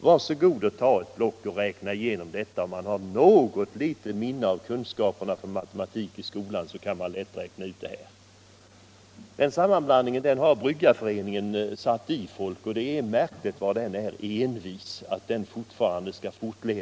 Var så god och ta ett block och räkna igenom detta! Om man har något litet minne av skolkunskaperna i matematik, kan man lätt räkna ut det. Denna sammanblandning har Bryggareföreningen satt i folk, och det är märkligt att den fortlever så envist.